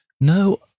No